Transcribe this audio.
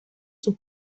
sus